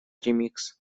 ремикс